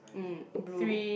mm blue